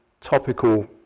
topical